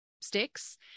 sticks